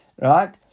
right